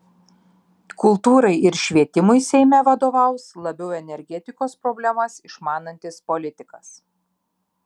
kultūrai ir švietimui seime vadovaus labiau energetikos problemas išmanantis politikas